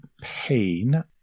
pain